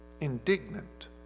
indignant